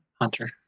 Hunter